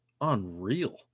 unreal